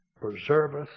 preserveth